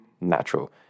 natural